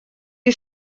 you